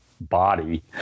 body